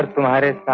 provided